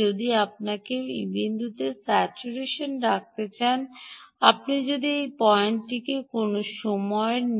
যদি আপনি এই বিন্দুকে স্যাচুরেশনে রাখতে চান আপনি যদি এই পয়েন্টটিকে কোনও